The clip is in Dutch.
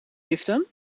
liften